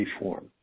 reform